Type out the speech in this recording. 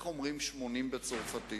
בהחלט.